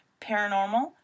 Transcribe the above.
paranormal